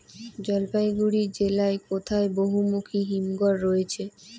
জলপাইগুড়ি জেলায় কোথায় বহুমুখী হিমঘর রয়েছে?